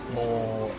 more